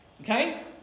Okay